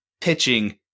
pitching